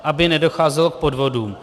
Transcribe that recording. Aby nedocházelo k podvodům.